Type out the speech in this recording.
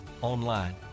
online